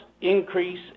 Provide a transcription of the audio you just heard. increase